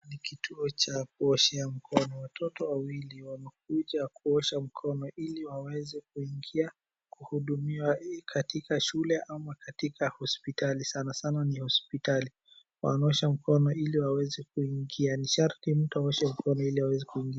NI kituo cha kuosea mikono. Watoto wawili wamekuja kuosha mikono ili waweze kuingia kuhudumiwa katika shule au katika hospitali, sanasana ni hospitali. Wanaosha mkono ili waweze kuingia. Ni sharti ili waweze kuingia.